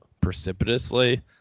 precipitously